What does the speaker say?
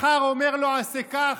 מחר אומר לו: עשה כך,